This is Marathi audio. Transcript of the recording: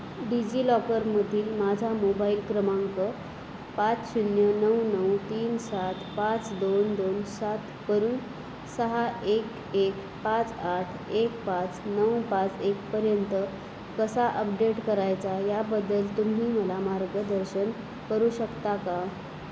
डिजिलॉकरमधील माझा मोबाईल क्रमांक पाच शून्य नऊ नऊ तीन सात पाच दोन दोन सात करून सहा एक एक पाच आठ एक पाच नऊ पाच एकपर्यंत कसा अपडेट करायचा याबदल तुम्ही मला मार्गदर्शन करू शकता का